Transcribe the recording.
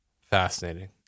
fascinating